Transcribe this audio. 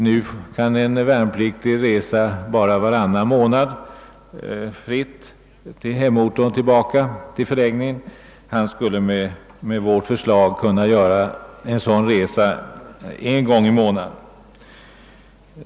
Nu kan en värnpliktig resa bara varannan månad fritt till hemorten och tillbaka till förläggningen. Han skulle enligt vårt förslag kunna göra en sådan resa en gång i månaden.